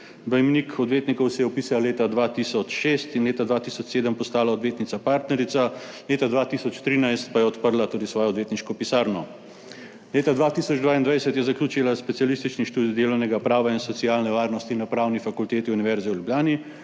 V imenik odvetnikov se je vpisala leta 2006 in leta 2007 postala odvetnica partnerica, leta 2013 pa je odprla tudi svojo odvetniško pisarno. Leta 2022 je zaključila specialistični študij delovnega prava in socialne varnosti na Pravni fakulteti Univerze v Ljubljani